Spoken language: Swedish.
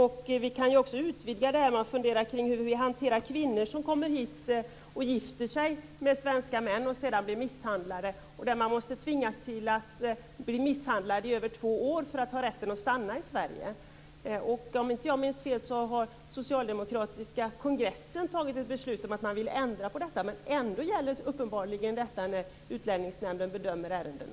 Vi kan utvidga detta till att fundera hur kvinnor hanteras som kommer hit, gifter sig med svenska män och sedan blir misshandlade. De måste tvingas till att bli misshandlade i mer än två år för att få rätt att stanna i Sverige. Om jag inte minns fel har den socialdemokratiska kongressen fattat beslut om att ändra på detta. Men ändå gäller uppenbarligen detta vid bedömning av dessa ärenden.